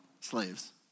slaves